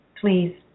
please